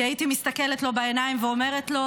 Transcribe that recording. כי הייתי מסתכלת לו בעיניים ואומרת לו: